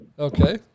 Okay